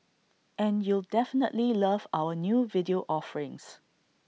and you'll definitely love our new video offerings